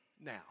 now